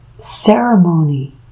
ceremony